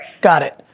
got it.